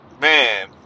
Man